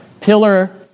pillar